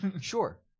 sure